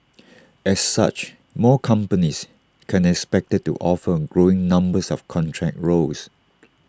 as such more companies can be expected to offer growing numbers of contract roles